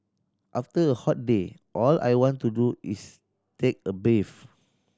after a hot day all I want to do is take a bath